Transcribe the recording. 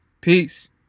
Peace